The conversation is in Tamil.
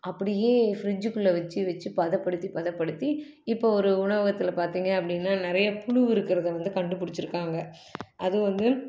அப்படியே ஃப்ரிட்ஜுக்குள்ள வச்சி வச்சி பதப்படுத்தி பதப்படுத்தி இப்போது ஒரு உணவகத்தில் பார்த்திங்க அப்படின்னா நிறைய புழு இருக்கிறத வந்து கண்டுபிடிச்சிருக்காங்க அது வந்து